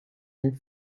and